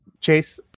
Chase